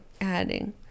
adding